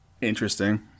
Interesting